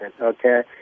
okay